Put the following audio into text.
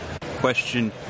Question